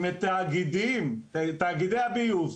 עם תאגידי הביוב,